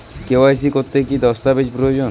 KYC করতে কি দস্তাবেজ প্রয়োজন?